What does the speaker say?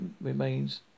remains